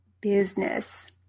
business